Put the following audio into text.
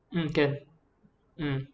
mm can mm